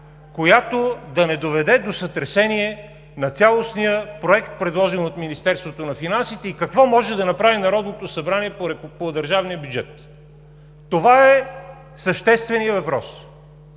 която да не доведе до сътресение на цялостния проект, предложен от Министерството на финансите, и какво може да направи Народното събрание по държавния бюджет? (Народните представители